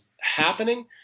happening